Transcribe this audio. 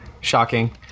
shocking